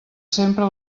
sempre